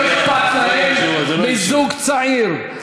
לא אכפת להם מזוג צעיר.